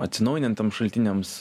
atsinaujinentiem šaltiniams